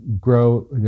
grow